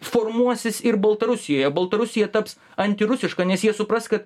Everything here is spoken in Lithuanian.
formuosis ir baltarusijoje baltarusija taps antirusiška nes jie supras kad